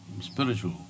spiritual